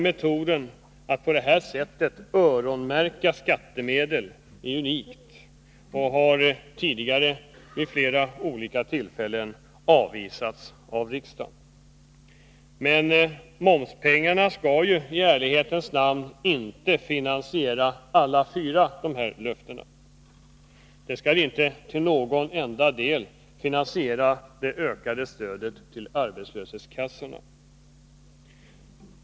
Metoden att på detta sätt öronmärka skattemedel är unik och har tidigare vid flera olika tillfällen avvisats av riksdagen. Men i ärlighetens namn skall sägas att man inte tänker finansiera alla fyra löftena med momspengarna. De skall inte till någon del användas för att finansiera det ökade stödet till arbetslöshetskassorna.